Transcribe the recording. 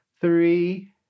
three